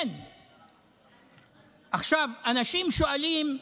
אנשים שואלים: